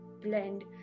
blend